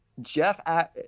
Jeff